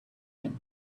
him